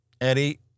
Eddie